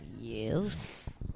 Yes